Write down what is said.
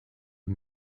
his